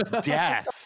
Death